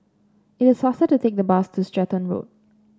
it is faster to take the bus to Stratton Road